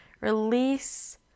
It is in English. release